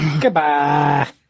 goodbye